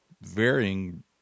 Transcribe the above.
varying